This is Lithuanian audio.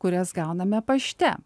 kurias gauname pašte